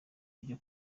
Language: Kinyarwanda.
ryo